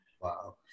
Wow